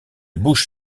bouche